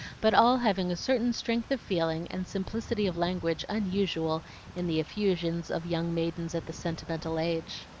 but all having a certain strength of feeling and simplicity of language unusual in the effusions of young maidens at the sentimental age.